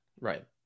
Right